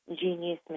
genius